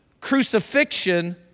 crucifixion